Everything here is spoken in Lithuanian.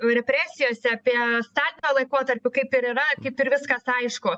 represijose apie stalino laikotarpį kaip ir yra kaip ir viskas aišku